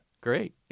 Great